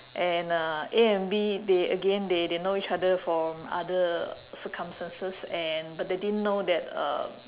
and uh A and B they again they they know each other from other circumstances and but they didn't know that uh